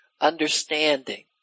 understanding